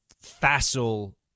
facile